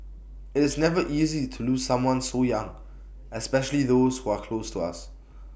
IT is never easy to lose someone so young especially those who are close to us